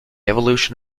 evolution